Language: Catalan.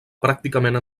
pràcticament